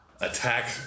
attack